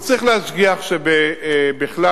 הוא צריך להשגיח שבכלל,